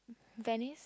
Venice